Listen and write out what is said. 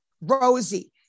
Rosie